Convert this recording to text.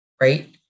right